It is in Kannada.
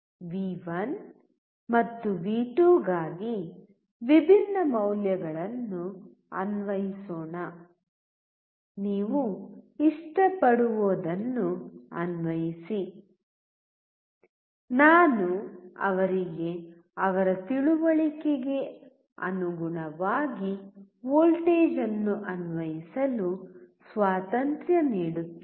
ವಿ1 ಮತ್ತು ವಿ2 ಗಾಗಿ ವಿಭಿನ್ನ ಮೌಲ್ಯಗಳನ್ನು ಅನ್ವಯಿಸೋಣ ನೀವು ಇಷ್ಟಪಡುವದನ್ನು ಅನ್ವಯಿಸಿ ನಾನು ಅವರಿಗೆ ಅವರ ತಿಳುವಳಿಕೆಗೆ ಅನುಗುಣವಾಗಿ ವೋಲ್ಟೇಜ್ ಅನ್ನು ಅನ್ವಯಿಸಲು ಸ್ವಾತಂತ್ರ್ಯ ನೀಡುತ್ತೇನೆ